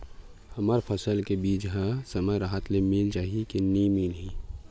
हमर फसल के बीज ह समय राहत ले मिल जाही के नी मिलही?